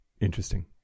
interesting